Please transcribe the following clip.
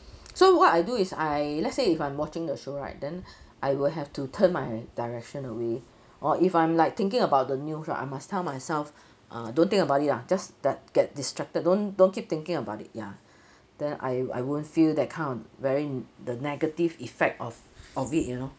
so what I do is I let's say if I'm watching a show right then I will have to turn my direction away or if I'm like thinking about the news right I must tell myself uh don't think about it ah just that get distracted don't don't keep thinking about it ya then I I won't feel that kind of very the negative effect of of it you know